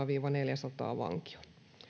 viiva neljäsataa vankia